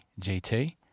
GT